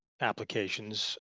applications